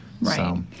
right